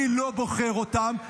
אני לא בוחר אותם,